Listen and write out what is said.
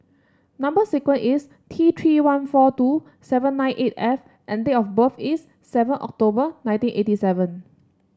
number sequence is T Three one four two seven nine eight F and date of birth is seven October nineteen eighty seven